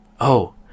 Oh